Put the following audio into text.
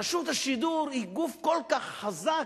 רשות השידור היא גוף כל כך חזק,